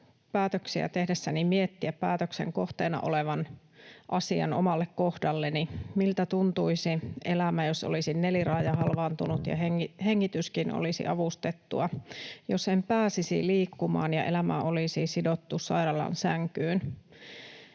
päätöksiä tehdessäni miettiä päätöksen kohteena olevan asian omalle kohdalleni: Miltä tuntuisi elämä, jos olisin neliraajahalvaantunut ja hengityskin olisi avustettua, jos en pääsisi liikkumaan ja elämä olisi sidottu sairaalan sänkyyn?